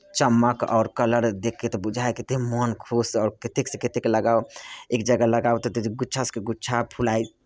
चमक आओर कलर देखि कऽ तऽ बुझाए कि कतेक मोन खुश आओर कतेकसँ कतेक लगाउ एक जगह लगाउ तऽ दू जगह गुच्छा गुच्छाके फुलाय